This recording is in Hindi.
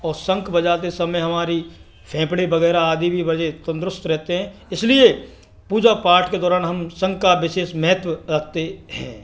और शंख बजाते समय हमारी फेफड़े वगैरह आदि भी बड़े तंदरुस्त रहते हैं इसलिए पूजा पाठ के दौरान हम शंख का विशेष महत्त्व रखते हैं